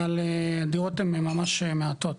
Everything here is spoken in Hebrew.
אבל הדירות הן ממש מעטות,